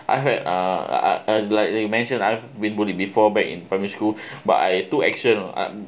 I had uh uh like you mention I've been bullied before back in primary school but I too action uh